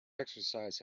exercise